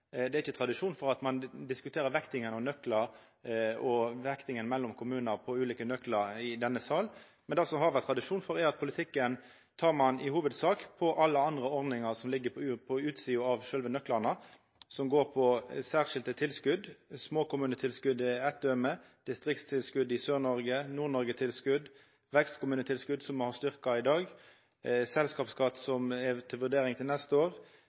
Det er ikkje tradisjon for at ein i denne salen diskuterer vektinga av nøklar og vektinga av kommunar og deira ulike nøklar. Det som det har vore tradisjon for, er at i politikken diskuterer ein i hovudsak alle andre ordningar som ligg på utsida av sjølve nøklane, og som gjeld særskilte tilskot. Småkommunetilskot er eitt døme. Andre døme er distriktstilskot i Sør-Noreg, Nord-Noregtilskot, vekstkommunetilskot, som vi har styrkt i dag, selskapsskatt som ein skal vurdera neste år